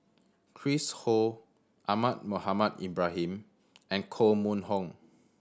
Chris Ho Ahmad Mohamed Ibrahim and Koh Mun Hong